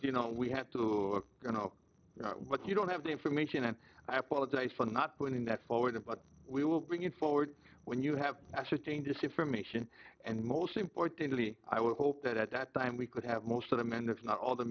you know we have to you know what you don't have the information and i apologize for not putting that forward but we will bring it forward when you have ascertained this information and most importantly i would hope that at that time we could have most of them and if not all the